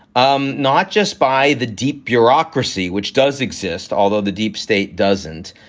um not just by the deep bureaucracy which does exist, although the deep state doesn't,